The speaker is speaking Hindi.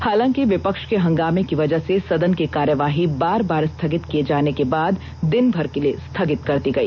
हालांकि विपक्ष के हंगामे की वजह से सदन की कार्यवाही बार बार स्थगित किए जाने के बाद दिनभर के लिए स्थगित कर दी गई